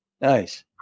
Nice